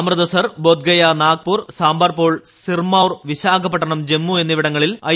അമൃത്സർ ബോഡ്ഗയ നാഗ്പൂർ സാംബർപൂർ സിർമൌർ വിശാഖപട്ടണം ജമ്മു എന്നിവിടങ്ങളിൽ ഐ